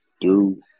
Dude